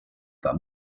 war